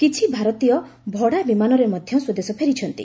କିଛି ଭାରତୀୟ ଭଡା ବିମାନରେ ମଧ୍ୟ ସ୍ପଦେଶ ଫେରିଛନ୍ତି